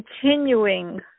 continuing